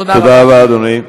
תודה רבה.